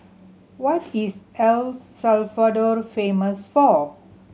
what is L Salvador famous for